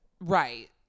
Right